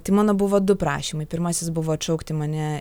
tai mano buvo du prašymai pirmasis buvo atšaukti mane